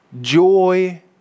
joy